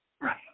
right